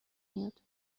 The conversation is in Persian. میاد